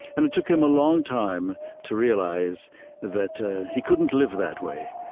and it took him a long time to realize that ah he couldn't live that way,